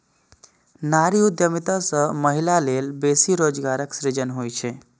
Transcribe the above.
नारी उद्यमिता सं महिला लेल बेसी रोजगारक सृजन होइ छै